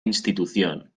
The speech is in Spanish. institución